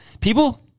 People